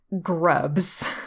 grubs